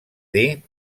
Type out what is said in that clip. dir